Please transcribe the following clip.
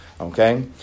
Okay